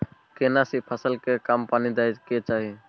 केना सी फसल के कम पानी दैय के चाही?